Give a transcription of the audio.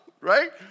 right